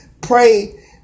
pray